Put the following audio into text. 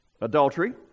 Adultery